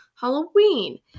halloween